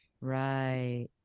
Right